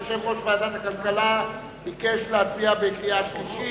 יושב-ראש ועדת הכלכלה ביקש להצביע בקריאה שלישית,